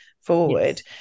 forward